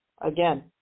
Again